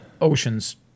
oceans